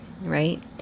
right